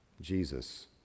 Jesus